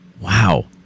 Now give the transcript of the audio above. Wow